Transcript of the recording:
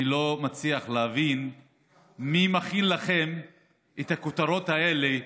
אני לא מצליח להבין מי מכין לכם את הכותרות האלה,